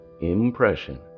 impression